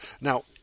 Now